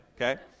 okay